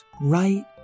right